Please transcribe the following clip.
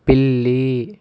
పిల్లి